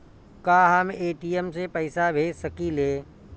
का हम ए.टी.एम से पइसा भेज सकी ले?